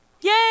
Yay